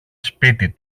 σπίτι